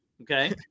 Okay